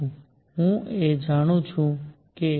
હવે હું એ પણ જાણું છું કે Tconstant